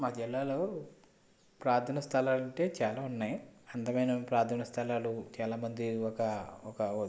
మా జిల్లాలో ప్రార్థనా స్థలాలూ అంటే చాలా ఉన్నాయి అందమైన ప్రార్థన స్థలాలు చాలామంది ఒక ఒక